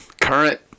Current